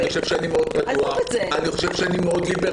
למרות שאני חושב שאני מאוד פתוח ואני חושב שאני מאוד ליברל.